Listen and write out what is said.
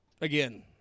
Again